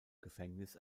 gefängnis